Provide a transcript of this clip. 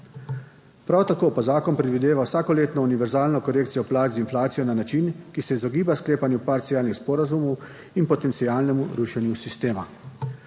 Prav tako pa zakon predvideva vsakoletno univerzalno korekcijo plač z inflacijo na način, ki se izogiba sklepanju parcialnih sporazumov in potencialnemu rušenju sistema.